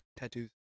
Tattoos